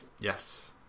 Yes